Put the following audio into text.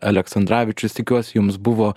aleksandravičius tikiuosi jums buvo